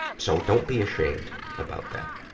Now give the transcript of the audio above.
so don't be ashamed about that.